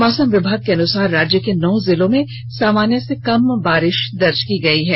मौसम विभाग के अनुसार राज्य के नौ जिलों में सामान्य से कम बारिश दर्ज की गयी है